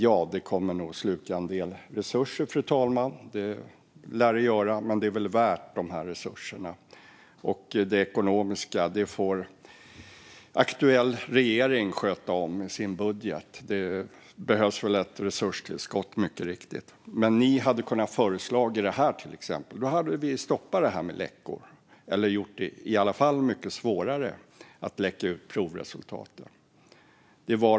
Ja, det kommer nog att sluka en del resurser, fru talman, men det är väl värt dessa resurser. Det ekonomiska får aktuell regering sköta om i sin budget. Det behövs nog mycket riktigt ett resurstillskott. Men ni hade kunnat föreslå detta, till exempel. Då hade vi stoppat läckorna, eller i varje fall gjort det mycket svårare att läcka ut proven.